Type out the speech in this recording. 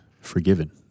forgiven